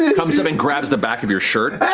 yeah comes up and grabs the back of your shirt